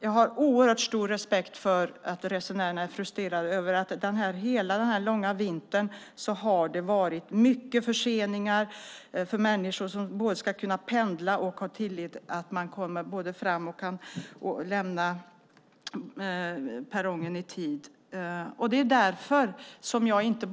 Jag har oerhört stor respekt för att resenärerna är frustrerade över att det under hela denna långa vinter har varit många förseningar. Människor ska kunna pendla och kunna lita på att de både lämnar perrongen och kommer fram i tid.